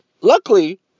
luckily